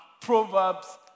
Proverbs